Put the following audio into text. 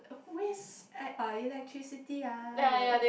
waste e~ uh electricity ah